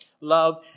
love